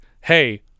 hey